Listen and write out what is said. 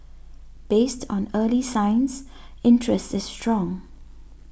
based on early signs interest is strong